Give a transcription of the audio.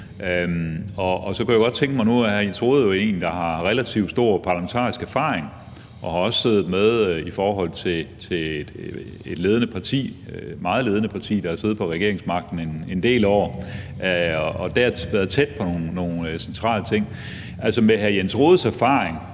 hvert fald den her regering. Nu er hr. Jens Rohde jo en, der har relativt stor parlamentarisk erfaring, og han har også været med i et ledende parti, der har siddet på regeringsmagten i en del år, og han har der været tæt på nogle centrale ting. Set ud fra hr. Jens Rohdes erfaring,